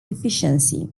deficiency